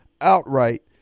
outright